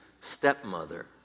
stepmother